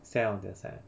stand on their side [one]